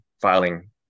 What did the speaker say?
filing